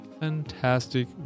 fantastic